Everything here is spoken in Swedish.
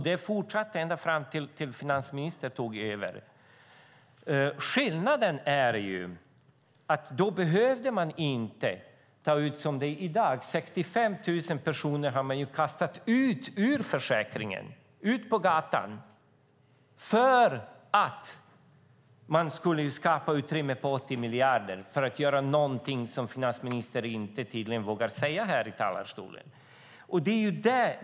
Det fortsatte ända fram tills finansministern tog över. Skillnaden är att då behövde man inte göra som i dag. 65 000 personer har man kastat ut ur försäkringen, ut på gatan, för att man skulle skapa utrymme på 80 miljarder för att göra någonting som finansministern tydligen inte vågar säga här i talarstolen.